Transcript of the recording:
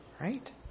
right